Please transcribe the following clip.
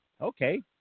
Okay